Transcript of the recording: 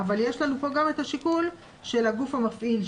אבל יש לנו גם את השיקול של הגוף המפעיל,